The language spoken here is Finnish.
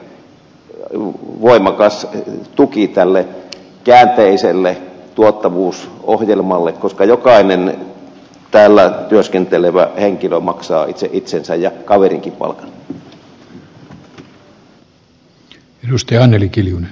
tämän takia voimakas tuki tälle käänteiselle tuottavuusohjelmalle koska jokainen täällä työskentelevä henkilö maksaa itse itsensä ja kaverinkin palkan